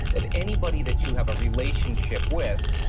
that anybody that you have a relationship with,